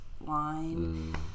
line